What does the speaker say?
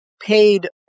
paid